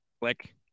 Click